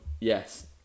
yes